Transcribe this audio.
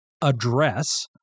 address